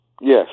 yes